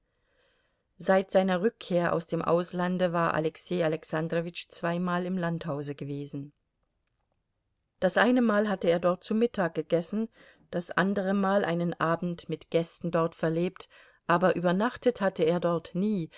seit seiner rückkehr aus dem auslande war alexei alexandrowitsch zweimal im landhause gewesen das eine mal hatte er dort zu mittag gegessen das andere mal einen abend mit gästen dort verlebt aber übernachtet hatte er dort nie